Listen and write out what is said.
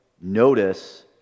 Notice